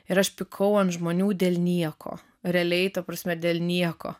ir aš pykau ant žmonių dėl nieko realiai ta prasme dėl nieko